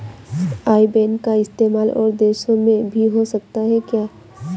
आई बैन का इस्तेमाल और देशों में भी हो सकता है क्या?